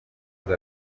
ubwo